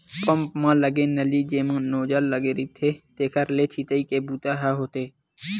pump म लगे नली जेमा नोजल लगे रहिथे तेखरे ले छितई के बूता ह होथे